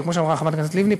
וכמו שאמרה חברת הכנסת לבני,